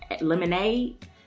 Lemonade